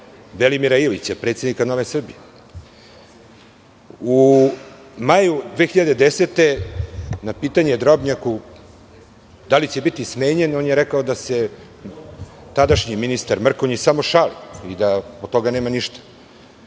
Velimira Ilića, predsednika Nove Srbije. U maju 2010. godine, na pitanje – da li će biti smenjen, Drobnjak je rekao da se tadašnji ministar Mrkonjić samo šali i da od toga nema ništa.